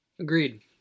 Agreed